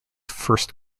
first